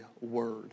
word